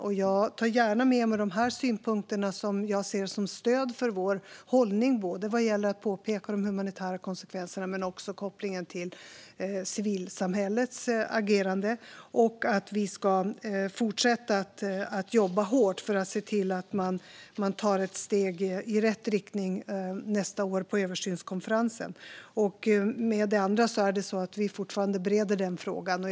Då tar jag gärna med mig dessa synpunkter, som jag ser som stöd för vår hållning vad gäller att påpeka de humanitära konsekvenserna men också kopplingen till civilsamhällets agerande. Vi ska också fortsätta att jobba hårt för att se till att man tar ett steg i rätt riktning på översynskonferensen nästa år. Med det andra är det så att vi fortfarande bereder den frågan.